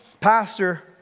pastor